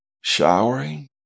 showering